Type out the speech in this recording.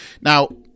Now